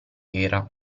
era